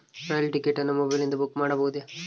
ರೈಲು ticket ಅನ್ನು ಮೊಬೈಲಿಂದ book ಮಾಡಬಹುದೆ?